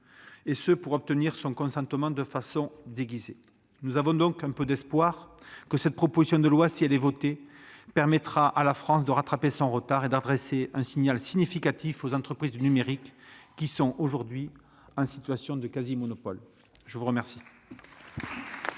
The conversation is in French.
visant à obtenir son consentement de façon déguisée. Nous avons donc l'espoir que cette proposition de loi, si elle est adoptée, permette à la France de rattraper son retard et d'adresser un signal significatif aux entreprises du numérique, qui sont en position de quasi-monopole. La parole